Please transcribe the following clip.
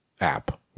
app